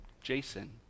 Jason